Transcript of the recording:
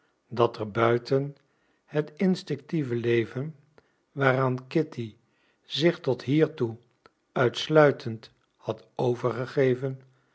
dat er buiten het instinctive leven waaraan kitty zich tot hiertoe uitsluitend had overgegeven